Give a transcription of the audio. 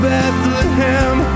Bethlehem